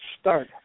start